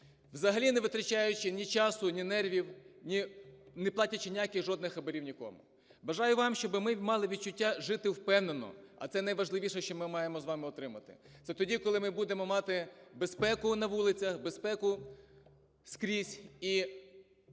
взагалі не витрачаючи ні часу, ні нервів, не платячи ніяких жодних хабарів нікому. Бажаю вам, щоб ми мали відчуття жити впевнено, а це найважливіше, що ми маємо з вами отримати. Це тоді, коли ми будемо мати безпеку на вулицях, безпеку скрізь і